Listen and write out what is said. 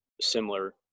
similar